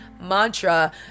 mantra